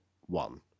one